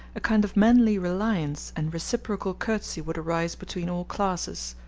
a kind of manly reliance and reciprocal courtesy would arise between all classes,